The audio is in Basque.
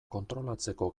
kontrolatzeko